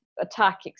attack